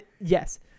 Yes